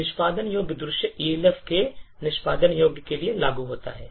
तो निष्पादन योग्य दृश्य Elf के निष्पादनयोग्य के लिए लागू होता है